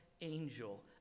angel